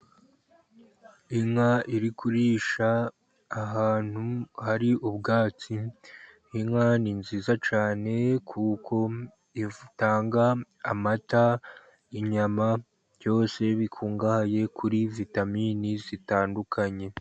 Inka iri kurisha ahantu hari ubwatsi. Inka ni nziza cyane kuko itanga amata, inyama, byose bikungahaye kuri vitamine zitandukanye.